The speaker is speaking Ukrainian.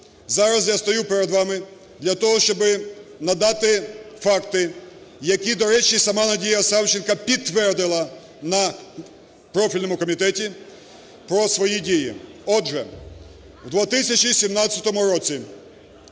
зараз я стаю перед вами для того, щоб надати факти, які, до речі, сама Надія Савченко підтвердила на профільному комітеті про свої дії. Отже, в 2017 році